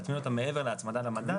להצמיד אותן לשכר הממוצע מעבר להצמדה למדד,